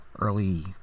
early